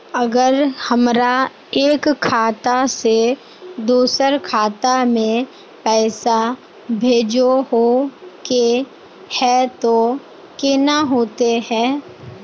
अगर हमरा एक खाता से दोसर खाता में पैसा भेजोहो के है तो केना होते है?